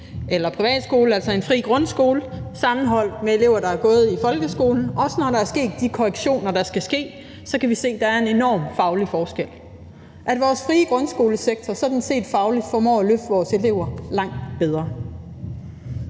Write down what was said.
eller privatskole, altså en fri grundskole, sammenholdt med elever, der har gået i folkeskolen – og også når der er sket de korrektioner, der skal ske, kan vi se, at der er en enorm faglig forskel, at vores frie grundskolesektor sådan set fagligt formår at løfte vores elever langt bedre.